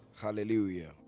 Hallelujah